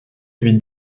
lui